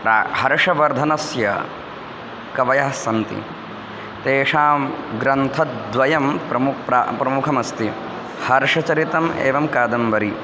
प्रा हर्षवर्धनस्य कवयः सन्ति तेषां ग्रन्थद्वयं प्रमु प्रा प्रमुखमस्ति हर्षचरितम् एवं कादम्बरी